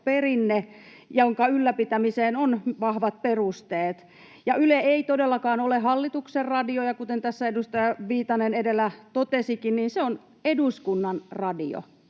perinne, jonka ylläpitämiseen on vahvat perusteet. Yle ei todellakaan ole hallituksen radio — kuten tässä edustaja Viitanen edellä totesikin, se on eduskunnan radio.